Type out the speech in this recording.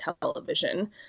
television